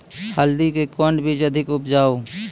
हल्दी के कौन बीज अधिक उपजाऊ?